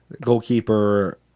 goalkeeper